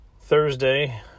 Thursday